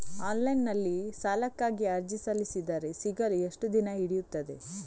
Online ನಲ್ಲಿ ಸಾಲಕ್ಕಾಗಿ ಅರ್ಜಿ ಸಲ್ಲಿಸಿದರೆ ಸಿಗಲು ಎಷ್ಟು ದಿನ ಹಿಡಿಯುತ್ತದೆ?